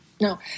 No